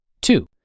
two